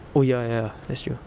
oh ya ya that's true